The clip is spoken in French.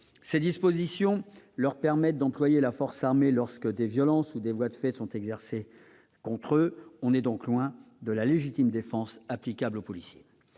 Ces dispositions leur permettent d'employer la force armée lorsque des violences ou des voies de fait sont exercées contre eux. On est donc loin de la légitime défense applicable aux policiers